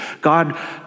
God